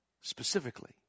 specifically